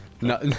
no